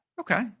Okay